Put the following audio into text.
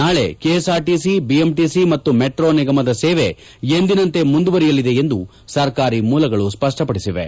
ನಾಳೆ KSRTC BMTC ಮತ್ತು metro ನಿಗಮದ ಸೇವೆ ಎಂದಿನಂತೆ ಮುಂದುವರೆಯಲಿದೆ ಎಂದು ಸರ್ಕಾರಿ ಮೂಲಗಳು ಸ್ವಷ್ಷಪಡಿಸಿವೆ